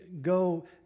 go